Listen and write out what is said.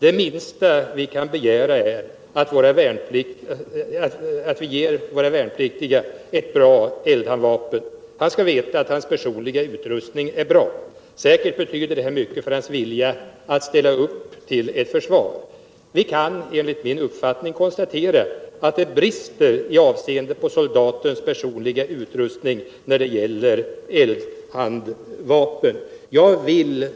Det minsta vi kan begära är att våra värnpliktiga får ett bra handeldvapen. De skall veta att deras personliga utrustning är bra. Det betyder särskilt mycket för deras vilja att ställa upp och försvara vårt land. Enligt min uppfattning finns det brister i soldatens personliga utrustning när det gäller handeldvapen.